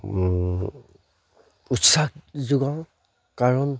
উৎসাহ যোগাওঁ কাৰণ